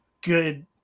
good